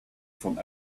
from